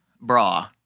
bra